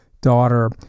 daughter